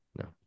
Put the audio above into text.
No